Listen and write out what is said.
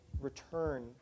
return